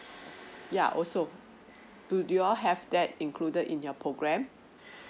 yeah also do you all have that included in your program